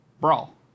brawl